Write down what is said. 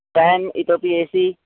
fan इतोपि A C